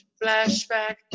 flashback